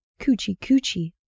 Coochie-coochie